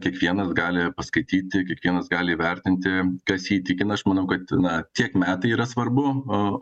kiekvienas gali paskaityti kiekvienas gali įvertinti kas jį įtikina aš manau kad na tiek metai yra svarbu o